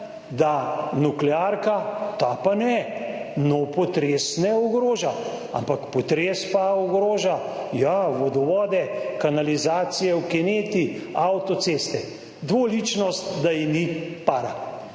da nuklearka, ta pa ne, nov potres ne ogroža, ampak potres pa ogroža, ja, vodovode, kanalizacije v kineti, avtoceste. Dvoličnost, da ji ni para.